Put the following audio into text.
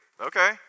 Okay